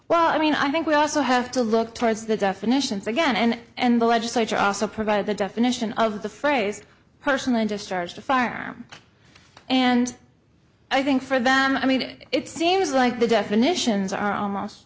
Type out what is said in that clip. well i mean i think we also have to look towards the definitions again and and the legislature also provided the definition of the phrase person i just started to farm and i think for them i mean it it seems like the definitions are almost